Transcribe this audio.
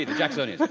jacksonin.